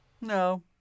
No